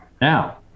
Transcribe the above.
Now